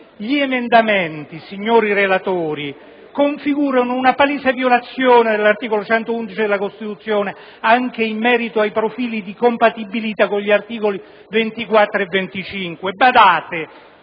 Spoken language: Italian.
Gli emendamenti, signori relatori, configurano una palese violazione dell'articolo 111 della Costituzione, anche in merito ai profili di compatibilità con gli articoli 24 e 25. Badate,